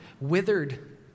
withered